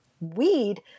weed